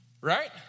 Right